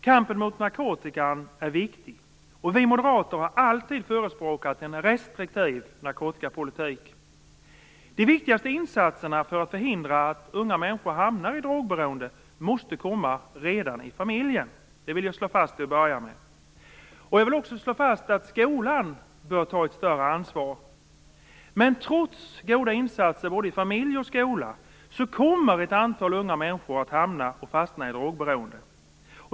Kampen mot narkotikan är viktig, och vi moderater har alltid förespråkat en restriktiv narkotikapolitik. De viktigaste insatserna för att förhindra att unga människor hamnar i drogberoende måste komma från familjen. Detta vill jag till att börja med slå fast. Jag vill också slå fast att skolan bör ta ett större ansvar. Men trots goda insatser både i familjen och i skolan kommer ett antal unga människor att fastna i drogberoende.